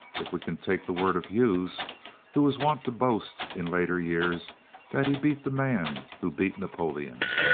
if we can take the word of hughes who was wont to boast in later years that he beat the man who beat napoleon!